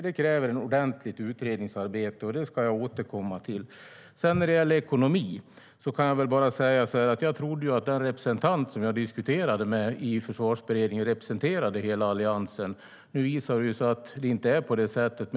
Det kräver ett ordentligt utredningsarbete, och det ska jag återkomma till. När det gäller ekonomi trodde jag att den representant jag diskuterade med i Försvarsberedningen representerade hela Alliansen. Nu visade det sig att det inte är på det sättet.